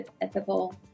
ethical